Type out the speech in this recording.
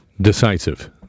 decisive